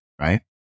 right